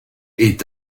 est